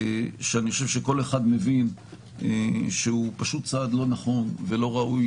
שכל אחד מבין שהוא צעד לא נכון ולא ראוי